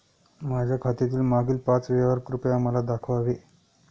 माझ्या खात्यातील मागील पाच व्यवहार कृपया मला दाखवावे